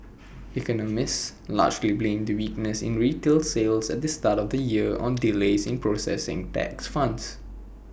economists largely blame the weakness in retail sales at the start of the year on delays in processing tax funds